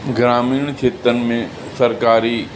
ग्रामीण खेत्रनि में सरकारी